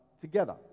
together